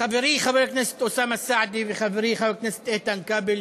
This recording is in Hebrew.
חברי חבר הכנסת אוסאמה סעדי וחברי חבר הכנסת איתן כבל,